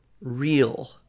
real